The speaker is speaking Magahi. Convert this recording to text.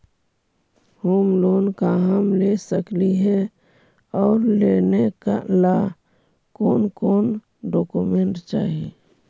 होम लोन का हम ले सकली हे, और लेने ला कोन कोन डोकोमेंट चाही?